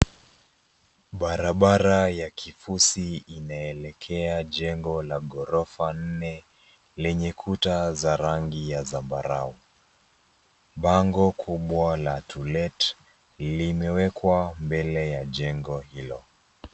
Barabara ya kifusi inaelekea jengo la ghorofa nne lenye kuta za rangi ya zambarau. Bango kubwa la To Let limewekwa mbele ya jengo hilo.